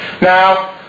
Now